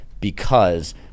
because-